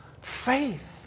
faith